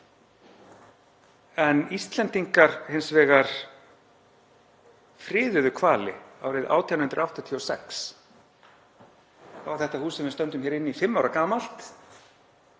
en Íslendingar hins vegar friðuðu hvali árið 1886. Þá var þetta hús sem við stöndum hér inni í fimm ára gamalt